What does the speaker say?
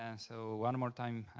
and so one more time,